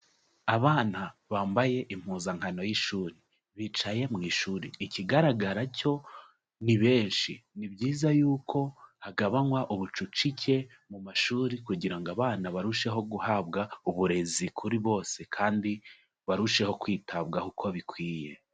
Abana bambaye impuzankano y'ishuri, bicaye mu ishuri, ikigaragara cyo ni benshi, ni byiza y'uko hagabanywa ubucucike mu mashuri kugira ngo abana barusheho guhabwa uburezi kuri bose kandi barusheho kwitabwaho uko bikwiye.